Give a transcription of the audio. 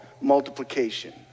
Multiplication